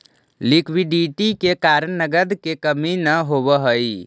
liquidity के कारण नगद के कमी न होवऽ हई